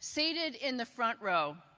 seated in the front row,